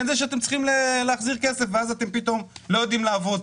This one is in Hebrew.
זה שאתם צריכים להחזיר כסף ואז אתם פתאום לא יודעים לעבוד.